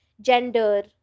gender